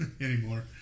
anymore